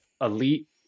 elite